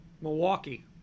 Milwaukee